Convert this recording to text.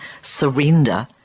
surrender